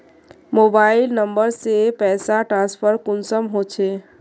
Mobile number से पैसा transfer कुंसम होचे?